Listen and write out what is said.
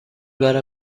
برای